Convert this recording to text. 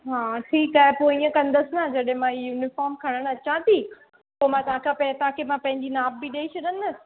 हा ठीकु आहे पोइ ईअं कंदसि न जॾहिं मां यूनिफॉम खणणु अचां थी पोइ मां तव्हांखां पैसा तव्हांखे मां पंहिंजी नाप बि ॾई छॾंदसि